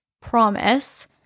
promise